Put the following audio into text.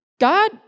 God